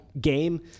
game